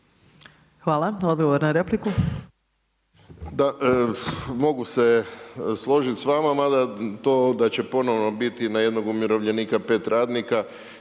**Hrelja, Silvano (HSU)** Da, mogu se složiti s vama, mada to da će ponovo biti na jednog umirovljenika pet radnika